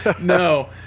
No